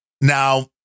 Now